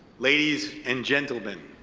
ladies and gentlemen.